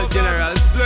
Generals